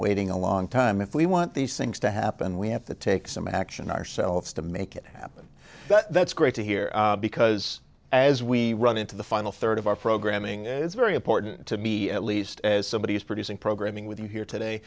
waiting a long time if we want these things to happen we have to take some action ourselves to make it happen that's great to hear because as we run into the final third of our programming is very important to me at least as somebody is producing programming with you here today